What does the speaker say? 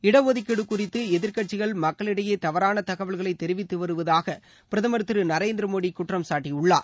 இடஒதுக்கீடு குறித்து எதிர்கட்சிகள் மக்களிடையே தவறான தகவல்களை தெரிவித்து வருவதாக பிரதமர் திரு நரேந்திர மோடி குற்றம் சாட்டியுள்ளார்